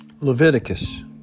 Leviticus